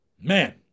man